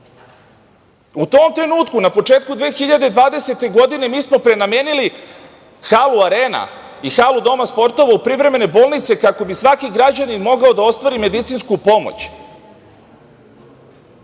tom trenutku, na početku 2020. godine, mi smo prenamenili halu „Arena“ i halu „Doma sportova“ u privremene bolnice, kako bi svaki građanin mogao da ostvari medicinsku pomoć. Mi